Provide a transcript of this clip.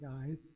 guys